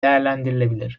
değerlendirilebilir